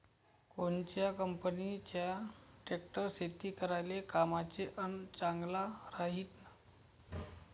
कोनच्या कंपनीचा ट्रॅक्टर शेती करायले कामाचे अन चांगला राहीनं?